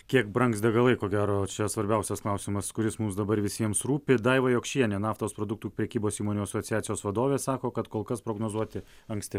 kiek brangs degalai ko gero čia svarbiausias klausimas kuris mums dabar visiems rūpi daiva jokšienė naftos produktų prekybos įmonių asociacijos vadovė sako kad kol kas prognozuoti anksti